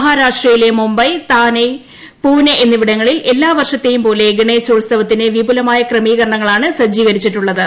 മഹാരാഷ്ട്രയിലെ മുംബൈ താനെ പൂനെ എന്നിവടങ്ങളിൽ എല്ലാ വർഷത്തെയും പോലെ ഗണേശോത്സവത്തിന് വിപുലമായ ക്രമീകരണങ്ങളാണ് സജീകരിച്ചിട്ടുള്ളത്